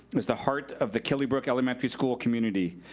is the heart of the kelly brook elementary school community.